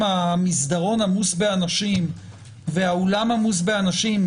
המסדרון עמוס באנשים והאולם עמוס באנשים,